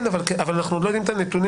אבל אנחנו לא יודעים את הנתונים.